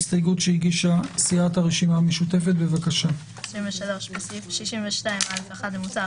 22. בסעיף 25א(א) המוצע,